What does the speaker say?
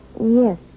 Yes